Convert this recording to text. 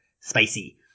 spicy